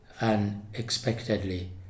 unexpectedly